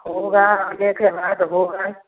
होगा आने के बाद होगा